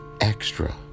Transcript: extra